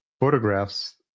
photographs